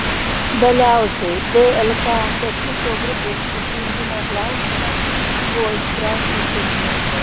galiausiai dlk kęstučio grupės prisijungimo klausimas buvo išspręstas sėkmingai